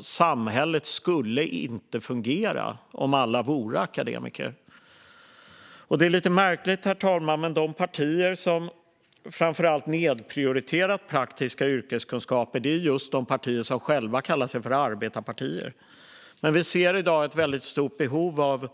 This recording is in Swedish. Samhället skulle inte fungera om alla vore akademiker. Det är lite märkligt, herr talman, men de partier som framför allt nedprioriterat praktiska yrkeskunskaper är just de partier som själva kallar sig för arbetarpartier. Vi ser i dag ett stort behov